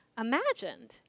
imagined